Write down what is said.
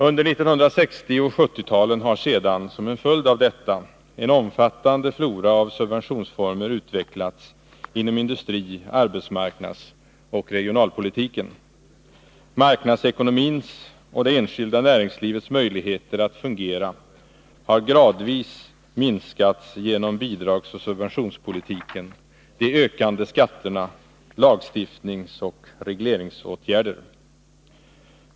Under 1960 och 1970-talen har sedan, som en följd av detta, en omfattande flora av subventionsformer utvecklats inom industri-, arbetsmarknadsoch regionalpolitiken. Marknadsekonomins och det enskilda näringslivets möjligheter att fungera har gradvis minskats genom bidragsoch subventionspolitiken, de ökande skatterna samt lagstiftningsoch regleringsåtgärder.